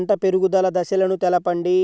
పంట పెరుగుదల దశలను తెలపండి?